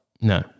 No